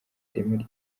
ireme